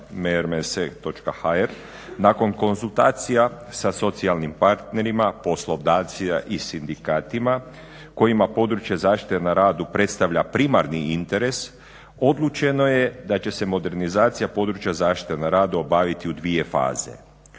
mrms.hr nakon konzultacija sa socijalnim partnerima, poslodavcima i sindikatima kojima područje zaštite na radu predstavlja primarni interes odlučeno je da će se modernizacija područja zaštite na radu obaviti u dvije faze.